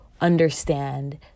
understand